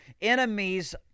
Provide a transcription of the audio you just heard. enemies